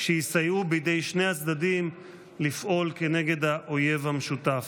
שיסייעו בידי שני הצדדים לפעול כנגד האויב המשותף.